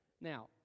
Now